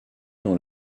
dans